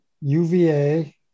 UVA